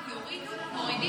עאידה תומא סלימאן